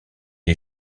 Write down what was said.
est